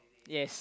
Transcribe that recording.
yes